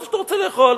יופי שאתה רוצה לאכול.